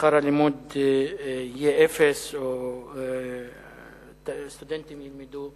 ששכר הלימוד יהיה אפס, או שסטודנטים ילמדו